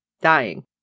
dying